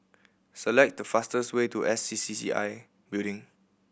select the fastest way to S C C C I Building